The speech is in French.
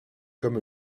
comme